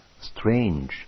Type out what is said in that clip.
strange